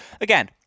Again